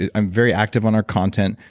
i'm very active on our content,